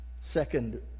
Second